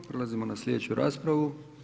Prelazimo na slijedeću raspravu.